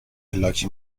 پلاک